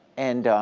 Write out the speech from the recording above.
and